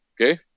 Okay